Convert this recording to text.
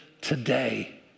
today